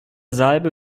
salbe